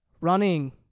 running